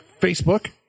Facebook